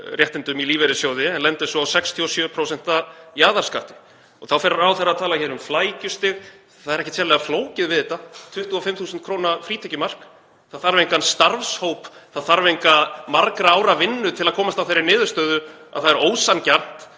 réttindum í lífeyrissjóði en lendir svo í 67% jaðarskatti. Þá fer ráðherra að tala hér um flækjustig. Það er ekkert sérlega flókið við þetta, 25.000 kr. frítekjumark. Það þarf engan starfshóp, það þarf enga margra ára vinnu til að komast að þeirri niðurstöðu að það er ósanngjarnt.